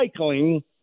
recycling